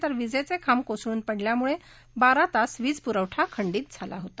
तर विजेचे खांब कोसळून पडल्यामुळे बारा तास वीजपुरवठा खंडित झाला होता